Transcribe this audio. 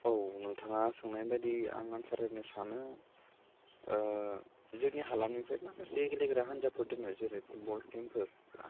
औ नोंथाङा सोंनाय बायदि आं एन्सार होनो सानो जोंनि हालामनिफ्राय माखासे गेलेग्रा हानजाफोर दं आरो जेरै फुटबल टीमफोर ना